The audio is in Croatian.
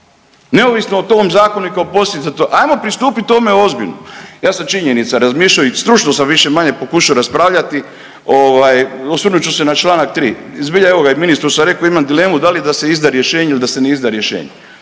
neovisno o tom zakonu i kao posljedica toga. Hajmo pristupiti tome ozbiljno. Ja sam, činjenica razmišljao i stručno sam više-manje pokušao raspravljati. Osvrnut ću se na članak 3. I zbilja, evo ga i ministru sam rekao imam dilemu da li da se izda rješenje ili da se ne izda rješenje.